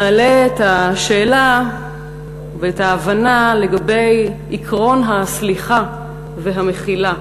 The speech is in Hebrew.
מעלה את השאלה ואת ההבנה לגבי עקרון הסליחה והמחילה.